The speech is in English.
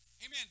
Amen